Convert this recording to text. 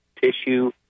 tissue